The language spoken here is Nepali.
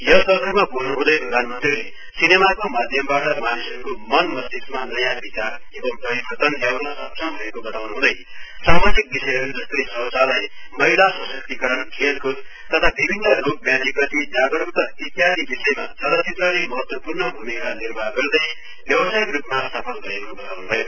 यस अवसरमा बोल्नुहुँदै प्रधानमन्त्रीले सिनेमाको माध्यमबाट मानिसहरूको मन मष्तिकमा नयाँ विचार एवम परिवर्तन ल्याउन सक्षम भएको बताउनुहुँदै सामाजिक विषयहरू जस्तै शौचालय महिला सशक्तिकरण खलेकुद तथा विभिन्न रोगव्याधि प्रति जागरूकता इत्यादि विषयमा चलचित्रले महत्वपूर्ण भूमिका निर्वाह गर्दै व्यवसायीक रूपमा सफल भएको बताउनुभयो